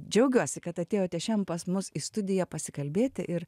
džiaugiuosi kad atėjote šiandien pas mus į studiją pasikalbėti ir